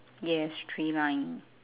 yes three line